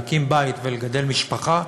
להקים בית ולגדל משפחה,